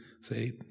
say